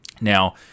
Now